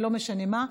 ולא משנה מה.